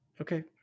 Okay